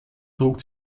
trug